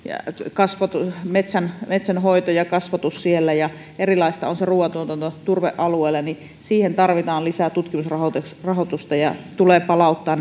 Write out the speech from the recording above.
kasvatus metsänhoito ja kasvatus siellä ja erilaista on se ruuantuotanto turvealueella tarvitaan lisää tutkimusrahoitusta ja se tulee palauttaa